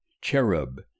Cherub